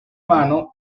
mano